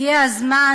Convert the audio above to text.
הגיע הזמן